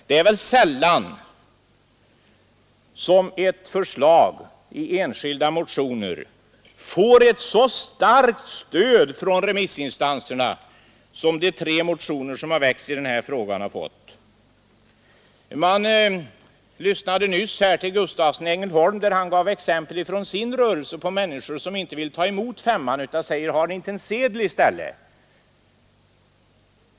Det är väl sällan som ett förslag i enskilda motioner får ett så starkt stöd från remissinstanserna som de tre motioner som har väckts i den här frågan har fått. Vi lyssnade nyss till herr Gustavsson i Ängelholm, som gav exempel från sin rörelse på att människor inte vill ta emot silverfemman utan frågar: Har ni inte en sedel i stället?